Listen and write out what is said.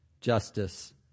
justice